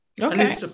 Okay